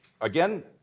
again